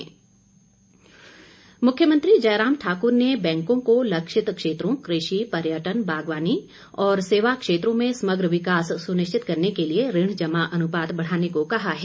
मुख्यमंत्री मुख्यमंत्री जयराम ठाकुर ने बैंकों को लक्षित क्षेत्रों कृषि पर्यटन बागवानी और सेवा क्षेत्रों में समग्र विकास सुनिश्चित करने के लिए ऋण जमा अनुपात बढ़ाने को कहा है